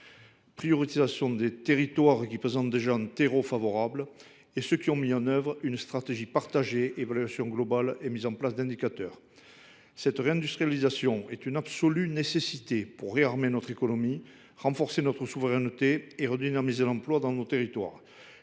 priorisation des territoires présentant déjà un terreau favorable et de ceux ayant mis en œuvre une stratégie partagée ; évaluation globale et mise en place d’indicateurs. La réindustrialisation de notre pays est une absolue nécessité pour réarmer notre économie, renforcer notre souveraineté et redynamiser l’emploi dans nos territoires.